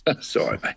Sorry